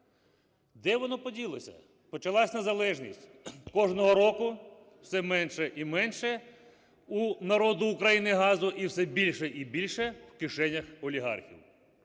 Де воно поділося? Почалася незалежність – кожного року все менше і менше у народу України газу, і все більше і більше в кишенях олігархів.